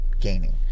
gaining